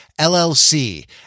LLC